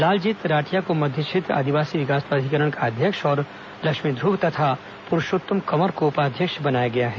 लालजीत राठिया को मध्य क्षेत्र आदिवासी विकास प्राधिकरण का अध्यक्ष और लक्ष्मी ध्रव तथा पुरूषोत्तम कंवर को उपाध्यक्ष बनाया गया है